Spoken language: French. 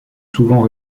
souvent